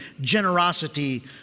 generosity